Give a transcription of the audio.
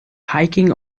hiking